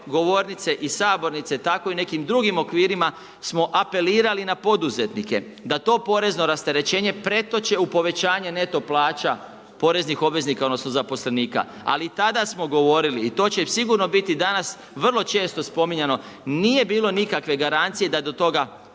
govornice i sabornice, tako i u nekim drugim okvirima smo apelirali na poduzetnike, da to porezno rasterećenje pretoče u povećanje neto plaća poreznih obveznika odnosno zaposlenika ali i tada smo govorili i to će sigurno biti danas vrlo često spominjano, nije bilo nikakve garancije da do toga